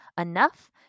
enough